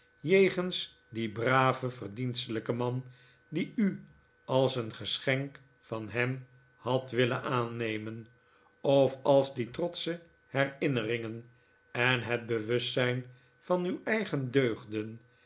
jegens dien braven verdienstelijken man die u als een geschenk van hem had willen aanhemen of als die trotsche herinneringen en het bewustzijn van uw eigen deugden